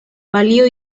balio